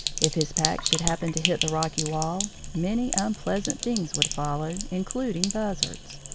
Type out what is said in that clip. if his pack should happen to hit the rocky wall, many unpleasant things would follow, including buzzards.